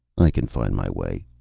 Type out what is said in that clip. i can find my way.